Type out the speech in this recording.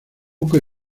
buque